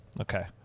okay